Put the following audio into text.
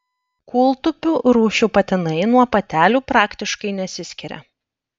kūltupių rūšių patinai nuo patelių praktiškai nesiskiria